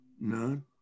None